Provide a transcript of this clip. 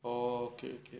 oh okay okay